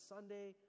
Sunday